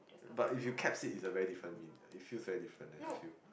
but if you caps it its a very different mean it feels very different eh I feel